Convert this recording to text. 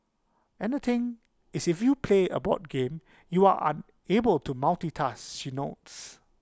and the thing is if you play A board game you are unable to multitask she notes